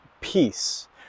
peace